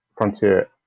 Frontier